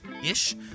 ish